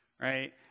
right